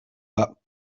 pas